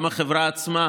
וגם החברה עצמה,